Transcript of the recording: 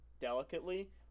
delicately